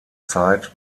zeit